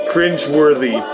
Cringeworthy